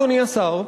אדוני השר,